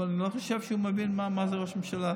אבל אני לא חושב שהוא מבין מה זה ראש ממשלה.